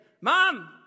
Mom